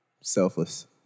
Selfless